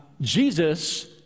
Jesus